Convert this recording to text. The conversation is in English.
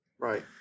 Right